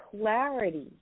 clarity